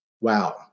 Wow